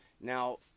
Now